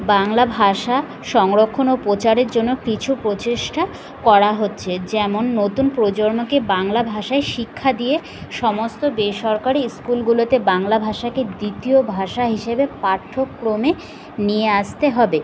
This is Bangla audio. বাংলা ভাষা সংরক্ষণ ও প্রচারের জন্য কিছু প্রচেষ্টা করা হচ্ছে যেমন নতুন প্রজন্মকে বাংলা ভাষায় শিক্ষা দিয়ে সমস্ত বেসরকারি স্কুলগুলোতে বাংলা ভাষাকে দ্বিতীয় ভাষা হিসেবে পাঠ্যক্রমে নিয়ে আসতে হবে